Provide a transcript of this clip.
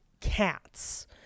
cats